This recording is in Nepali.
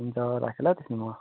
हुन्छ राखेँ ल त्यसो हो भने म